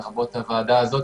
לרבות הוועדה הזאת,